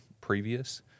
previous